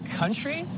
country